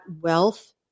wealth